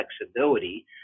flexibility